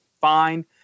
Fine